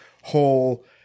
whole